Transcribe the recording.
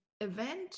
event